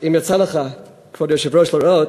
אם יצא לך, כבוד היושב-ראש, לראות,